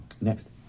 Next